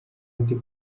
ati